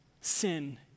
sin